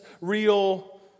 real